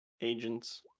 agents